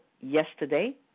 yesterday